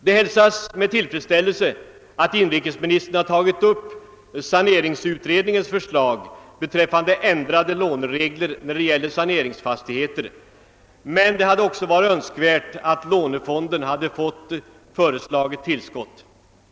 Det hälsas med tillfredsställelse att inrikesministern tagit upp saneringsutredningens förslag beträffande ändrade låneregler när det gäller saneringsfastigheter, men det hade också varit önskvärt att lånefonden hade fått det äskade tillskottet.